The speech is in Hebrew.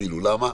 למה?